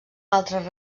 altres